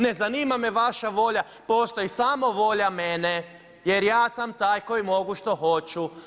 Ne zanima me vaša volja, postoji samo volja mene jer ja sam taj koji mogu što hoću!